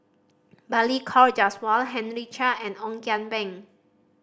Balli Kaur Jaswal Henry Chia and Ong Kian Peng